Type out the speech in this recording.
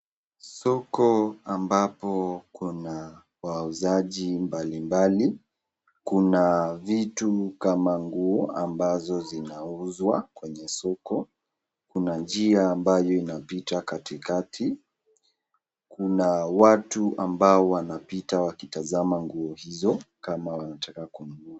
Soko ambapo kuna wauzaji mbalimbali. Kuna vitu kama nguo ambazo zinauzwa kwenye soko. Kuna njia ambayo inapita katikati. Kuna watu ambao wanapita wakitazama nguo hizo kama wanataka kununua.